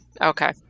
Okay